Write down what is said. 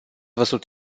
văzut